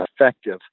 effective